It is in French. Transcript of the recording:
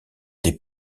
des